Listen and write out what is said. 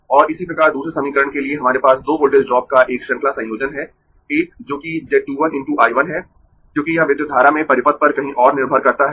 और इसी प्रकार दूसरे समीकरण के लिए हमारे पास दो वोल्टेज ड्रॉप का एक श्रृंखला संयोजन है एक जो कि z 2 1 × I 1 है क्योंकि यह विद्युत धारा में परिपथ पर कहीं और निर्भर करता है